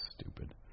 stupid